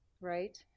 right